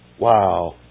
Wow